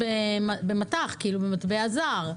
משכנתאות במט"ח, מטבע זר?